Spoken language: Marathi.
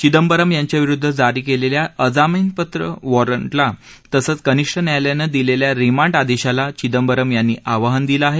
चिंदबरम यांच्याविरुद्ध जारी केलेल्या अजामीनपात्र वारंटला तसंच कनिष्ठ न्यायालयानं दिलेल्या रिमांड आदेशाला चिंदबरम यांनी आवाहन दिलं आहे